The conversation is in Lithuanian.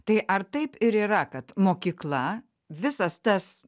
tai ar taip ir yra kad mokykla visas tas